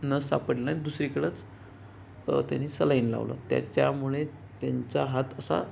नस सापडली नाही दुसरीकडंच त्यांनी सलाईन लावलं त्याच्यामुळे त्यांचा हात असा